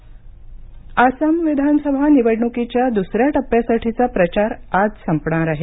आसाम निवडणक आसाम विधानसभा निवडणुकीच्या दुसऱ्या टप्प्यासाठीचा प्रचार आज संपणार आहे